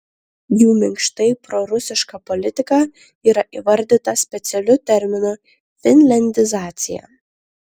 jų minkštai prorusiška politika yra įvardyta specialiu terminu finliandizacija